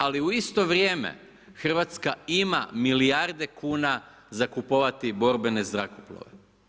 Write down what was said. Ali u isto vrijeme Hrvatska ima milijarde kuna za kupovati borbene zrakoplove.